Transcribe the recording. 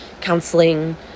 counseling